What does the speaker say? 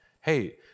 hey